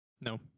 no